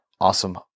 awesome